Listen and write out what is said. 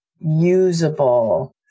usable